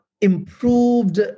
improved